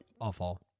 awful